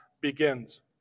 begins